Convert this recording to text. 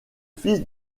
fils